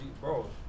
bro